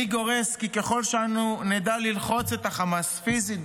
אני גורס כי ככל שאנו נדע ללחוץ את החמאס פיזית,